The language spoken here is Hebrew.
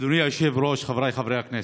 אדוני היושב-ראש, חבריי חברי הכנסת,